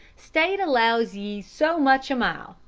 state allows ye so much a mile.